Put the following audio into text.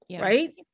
right